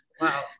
Wow